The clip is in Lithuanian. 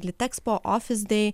litexpo office day